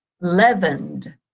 leavened